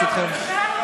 ברשותכם.